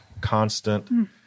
constant